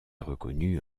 reconnu